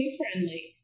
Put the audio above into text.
friendly